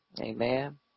Amen